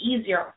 easier